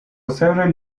several